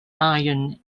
iron